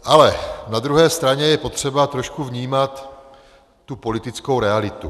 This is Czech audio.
Ale na druhé straně je potřeba trošku vnímat politickou realitu.